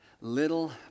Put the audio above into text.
Little